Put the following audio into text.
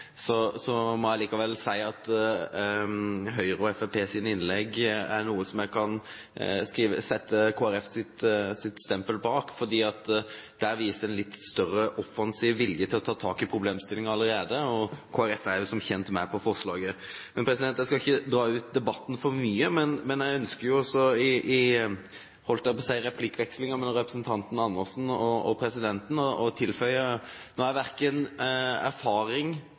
så vidt en bred enighet. Jeg må likevel si at innleggene fra Høyre og Fremskrittspartiet kan jeg sette Kristelig Folkepartis stempel bak, for der vises det en litt større offensiv vilje til allerede å ta tak i problemstillingen, og Kristelig Folkeparti er som kjent med på forslaget. Jeg skal ikke dra ut debatten så mye, men jeg ønsker å tilføye til replikkvekslingen mellom representanten Andersen og presidenten – jeg har verken